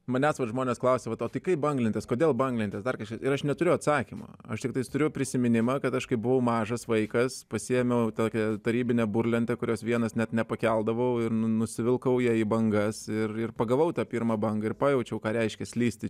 manęs vat žmonės klausia vat o tai kaip banglentės kodėl banglentės dar ir aš neturiu atsakymo aš tiktais turiu prisiminimą kad aš kai buvau mažas vaikas pasiėmiau tokią tarybinę burlentę kurios vienas net nepakeldavau ir nusivilkau ją į bangas ir ir pagavau tą pirmą bangą ir pajaučiau ką reiškia slysti